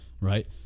Right